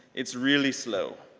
it's really slow.